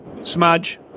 Smudge